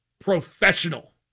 professional